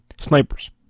snipers